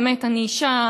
באמת: אני אישה,